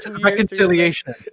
reconciliation